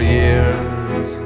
years